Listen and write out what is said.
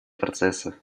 процесса